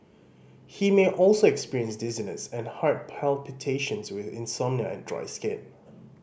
he may also experience dizziness and heart palpitations with insomnia and dry skin